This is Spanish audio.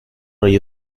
rey